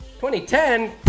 2010